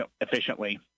efficiently